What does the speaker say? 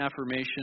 affirmation